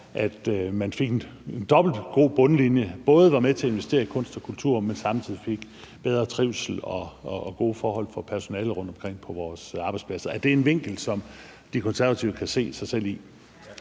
at man fik en dobbelt så god bundlinje, hvor man både var med til at investere i kunst og kultur, men samtidig fik bedre trivsel og gode forhold for personalet rundtomkring på vores arbejdspladser? Er det en vinkel, som De Konservative kan se sig selv i?